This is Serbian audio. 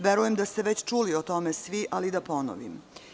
Verujem da ste čuli o tome svi, ali da ponovim.